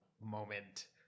moment